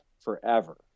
forever